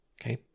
okay